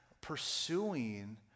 pursuing